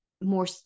more